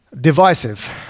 divisive